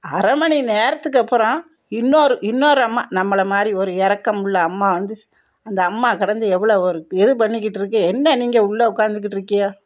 அரைமணி நேரத்துக்கு அப்புறம் இன்னொரு இன்னொரு அம்மா நம்மளை மாதிரி ஒரு இரக்கமுள்ள அம்மா வந்து அந்த அம்மா கடந்து எவ்வளோ ஒரு இது பண்ணிக்கிட்டு இருக்குது என்ன நீங்கள் உள்ள உட்காந்துக்கிட்டு இருக்கியே